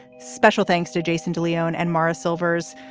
special thanks to jason de leon and mara silvers,